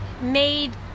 made